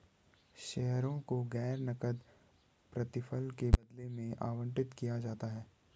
शेयरों को गैर नकद प्रतिफल के बदले में आवंटित किया जाता है